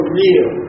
real